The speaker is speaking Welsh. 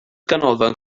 ganolfan